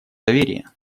доверие